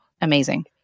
amazing